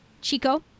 Chico